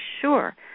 sure